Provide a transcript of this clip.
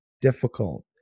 difficult